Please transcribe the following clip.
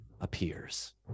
appears